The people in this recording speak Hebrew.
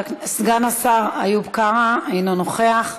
סגן השר איוב קרא, אינו נוכח,